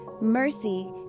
Mercy